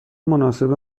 مناسب